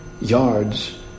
yards